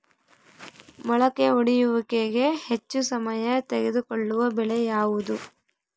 ಮೊಳಕೆ ಒಡೆಯುವಿಕೆಗೆ ಹೆಚ್ಚು ಸಮಯ ತೆಗೆದುಕೊಳ್ಳುವ ಬೆಳೆ ಯಾವುದು?